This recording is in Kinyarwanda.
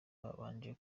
babanje